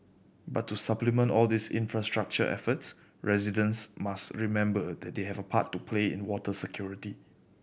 but to supplement all these infrastructure efforts residents must remember that they have a part to play in water security